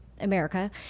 America